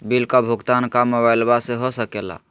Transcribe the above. Bill का भुगतान का मोबाइलवा से हो सके ला?